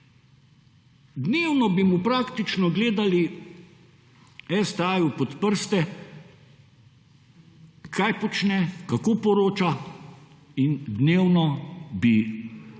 dnevno bi mu praktično gledali STA pod prste kaj počne, kako poroča in dnevno bo